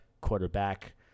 quarterback